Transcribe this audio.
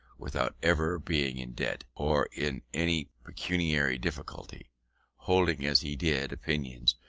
without ever being in debt, or in any pecuniary difficulty holding, as he did, opinions,